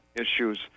issues